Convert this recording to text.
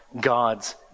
God's